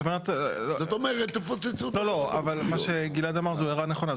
זאת אומרת תפוצצו --- מה שגלעד אמר זו הערה נכונה.